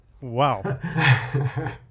wow